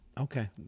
Okay